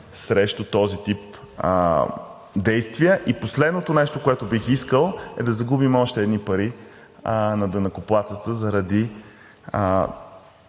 срещу този тип действия. Последното нещо, което бих искал, е да загубим още едни пари на данъкоплатеца заради